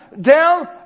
down